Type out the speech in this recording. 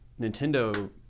Nintendo